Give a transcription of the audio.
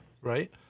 right